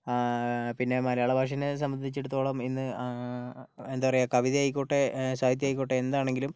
ആ പിന്നെ മലയാള ഭാഷയെ സംബന്ധിച്ചിടത്തോളം ഇന്ന് എന്താ പറയുക കവിതയായിക്കോട്ടെ സാഹിത്യമായിക്കോട്ടെ എന്താണെങ്കിലും